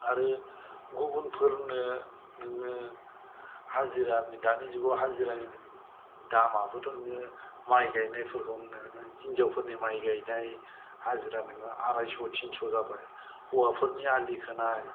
आरो गुबुनफोरनो नोङो हाजिरानि दानि जुगाव हाजिरानि दामाबोथ' नोङो माइ गायनाफोरखौ होन नों हिनजावफोरनि माइ गायनाय हाजिरा नोंहा आरायस' तिनस' जाबाय हौवाफरोनि आलि खोनाय